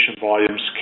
volumes